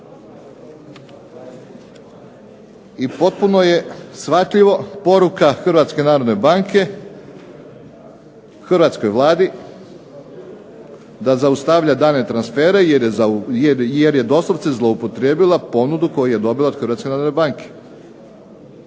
I potpuno je shvatljiva poruka Hrvatske narodne banke hrvatskoj Vladi da zaustavlja daljnje transfere jer je doslovce zloupotrijebila ponudu koju je dobila od Hrvatske narodne banke.